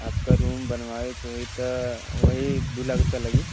आपका रूम बनवावे के होई तो वही दो लाख रुपये लगे